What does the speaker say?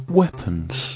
weapons